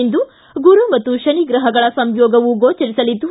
ಇಂದು ಗುರು ಮತ್ತು ಶನಿ ಗ್ರಹಗಳ ಸಂಯೋಗವು ಗೋಚರಿಸಲಿದ್ದು